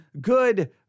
Good